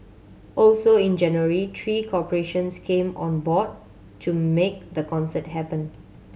also in January three corporations came on board to make the concert happen